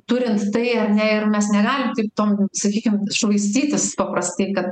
turint tai ar ne ir mes negalim taip tom sakykim švaistytis paprastai kad